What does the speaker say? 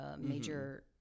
major